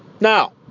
Now